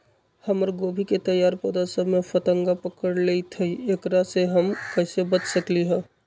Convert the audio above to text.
हमर गोभी के तैयार पौधा सब में फतंगा पकड़ लेई थई एकरा से हम कईसे बच सकली है?